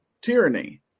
tyranny